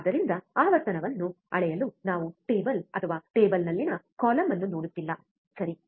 ಆದ್ದರಿಂದ ಆವರ್ತನವನ್ನು ಅಳೆಯಲು ನಾವು ಟೇಬಲ್ ಅಥವಾ ಟೇಬಲ್ನಲ್ಲಿನ ಕಾಲಮ್ ಅನ್ನು ನೋಡುತ್ತಿಲ್ಲ ಸರಿ